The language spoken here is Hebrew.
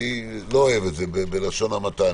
אני לא אוהב את זה, בלשון המעטה.